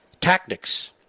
tactics